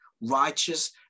Righteous